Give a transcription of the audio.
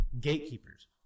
gatekeepers